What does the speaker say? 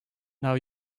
now